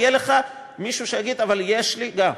יהיה לך מישהו שיגיד: אבל יש לי גם.